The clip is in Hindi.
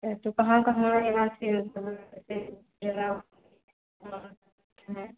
अरे तो कहाँ कहाँ यहाँ से अच्छा है